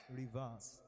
reverse